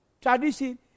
tradition